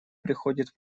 приходит